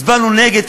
הצבענו נגד,